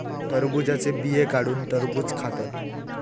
टरबुजाचे बिये काढुन टरबुज खातत